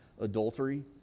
adultery